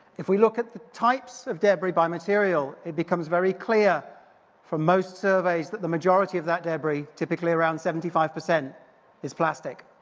if we look at the types of debris by material it becomes very clear for most surveys that the majority of that debris, typically around seventy five, is plastic.